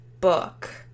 book